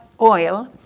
oil